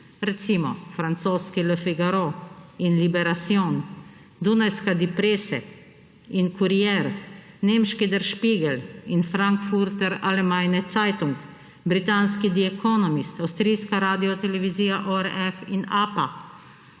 Recimo, francoski Le Figaro in Liberasion, dunajska DiePresse in Curier, nemški Der Sipegel in Frankfurter Allgemeine Zeitung, britanski The Economist, avstrijska radiotelevizija ORF in Appa,